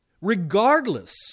Regardless